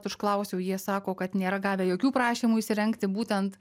užklausiau jie sako kad nėra gavę jokių prašymų įsirengti būtent